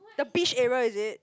the beach area is it